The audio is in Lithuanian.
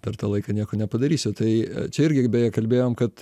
per tą laiką nieko nepadarysiu tai čia irgi beje kalbėjom kad